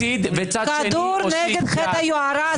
כדור נגד חטא היוהרה.